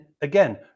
again